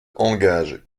engage